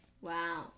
wow